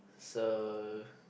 so